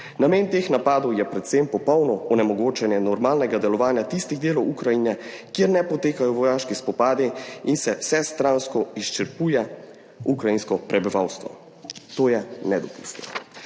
Namen teh napadov je predvsem popolno onemogočanje normalnega delovanja tistih delov Ukrajine, kjer ne potekajo vojaški spopadi in se vsestransko izčrpuje ukrajinsko prebivalstvo. To je nedopustno.